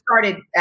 started